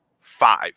five